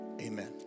Amen